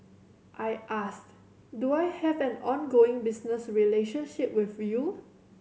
I asked do I have an ongoing business relationship with you